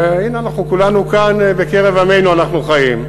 הנה, אנחנו כולנו כאן, בקרב עמנו אנחנו חיים.